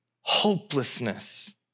hopelessness